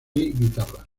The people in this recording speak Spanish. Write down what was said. guitarra